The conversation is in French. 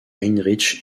heinrich